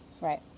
Right